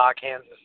Kansas